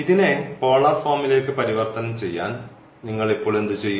ഇതിനെ പോളാർ ഫോമിലേക്ക് പരിവർത്തനം ചെയ്യാൻ നിങ്ങൾ ഇപ്പോൾ എന്തുചെയ്യും